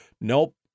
Nope